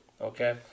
Okay